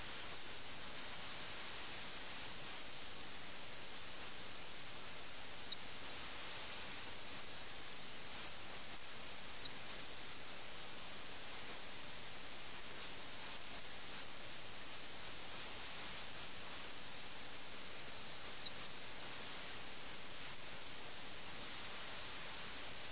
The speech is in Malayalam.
1856 ലെ ലഖ്നൌവിലെ യാഥാർത്ഥ്യവുമായി അടിസ്ഥാനപരമായ യാഥാർത്ഥ്യവുമായി യാതൊരു ബന്ധവുമില്ലാത്ത ഒരു ബദൽ ലോകത്ത് ഏതാണ്ട് ഒരു വെർച്വൽ ലോകത്ത് ഈ വഴക്കുകളും വാദങ്ങളും തന്ത്രങ്ങളും ഈ ചതുരംഗ ബോർഡിന് മുകളിലൂടെ കടന്നുപോകുന്നു